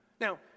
Now